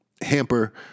hamper